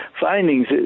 findings